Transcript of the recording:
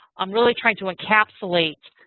um really trying to encapsulate